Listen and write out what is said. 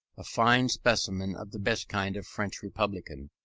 a fine specimen of the best kind of french republican,